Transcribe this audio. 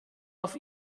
auf